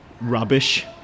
rubbish